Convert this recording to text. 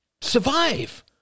survive